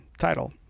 title